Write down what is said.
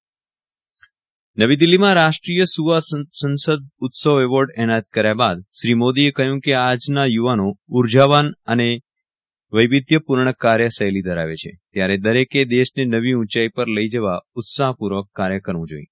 વિરલ રાણા પ્રધાનમંત્રી નરેન્દ્ર મોદી નવીદિલ્હીમાં રાષ્ટ્રીય યુવા સંસદ ઉત્સવ એવોર્ડ એનાયત કર્યા બાદ શ્રી મોદીએ કહ્યું કે આજના યુવાનો ઉર્જાવાન અને વૈશ્વિધ્યપૂર્ણ કાર્યશૈલી ધરાવે છે ત્યારે દરેકે દેશને નવી ઉંચાઈ પર લઈ જવા ઉત્સાહપૂર્વક કાર્ય કરવું જોઈએ